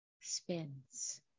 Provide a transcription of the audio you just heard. spins